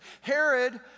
Herod